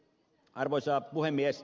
arvoisa puhemies